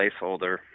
placeholder